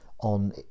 on